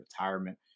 retirement